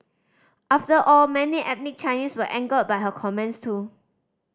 after all many ethnic Chinese were angered by her comments too